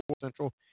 Central